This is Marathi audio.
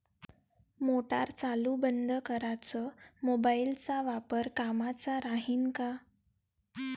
मोटार चालू बंद कराच मोबाईलचा वापर कामाचा राहीन का?